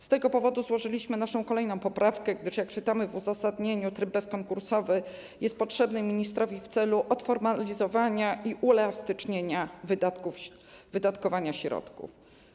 Z tego powodu złożyliśmy naszą kolejną poprawkę, gdyż jak czytamy w uzasadnieniu, tryb bezkonkursowy jest potrzebny ministrowi w celu odformalizowania i uelastycznienia wydatkowania środków.